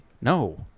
No